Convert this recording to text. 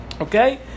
Okay